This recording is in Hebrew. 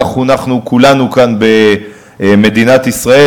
כך חונכנו כולנו כאן במדינת ישראל,